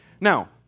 now